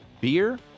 beer